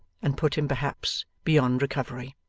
and put him perhaps beyond recovery.